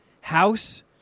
House